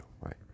right